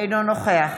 אינו נוכח